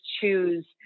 choose